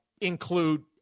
include